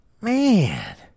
man